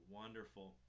wonderful